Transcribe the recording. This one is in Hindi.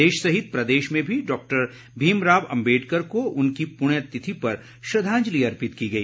देश सहित प्रदेश में भी डॉक्टर भीमराव अम्बेडकर को उनकी पुण्य तिथि पर श्रद्धांजलि अर्पित की गई